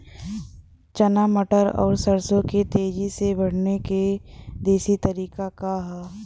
चना मटर और सरसों के तेजी से बढ़ने क देशी तरीका का ह?